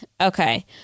okay